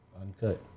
Uncut